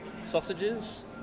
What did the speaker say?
sausages